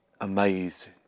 amazed